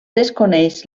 desconeix